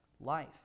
life